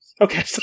Okay